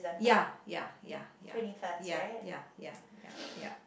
ya ya ya ya ya ya ya ya ya